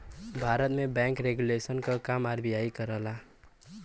भारत में bank regulation क काम आर.बी.आई करला